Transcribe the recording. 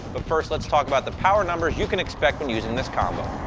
but first, let's talk about the power numbers you can expect from using this combo.